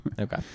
Okay